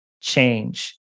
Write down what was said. change